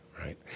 right